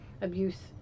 abuse